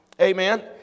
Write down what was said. amen